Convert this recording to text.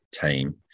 team